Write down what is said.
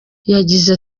yagize